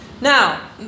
now